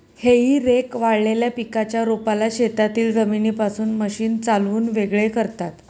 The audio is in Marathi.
हेई रेक वाळलेल्या पिकाच्या रोपाला शेतातील जमिनीपासून मशीन चालवून वेगळे करतात